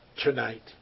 tonight